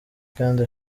kandi